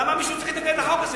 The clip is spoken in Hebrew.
למה מישהו צריך להתנגד לחוק הזה?